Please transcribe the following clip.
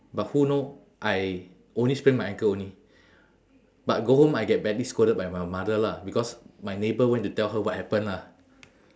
but who know I only sprain my ankle only but go home I get badly scolded by my mother lah because my neighbour went to tell her what happen lah